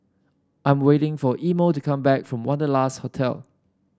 I'm waiting for Imo to come back from Wanderlust Hotel